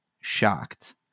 shocked